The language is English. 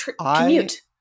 commute